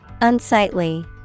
Unsightly